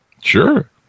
Sure